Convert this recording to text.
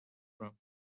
room